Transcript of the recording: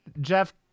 Jeff